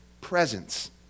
presence